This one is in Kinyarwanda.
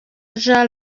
jean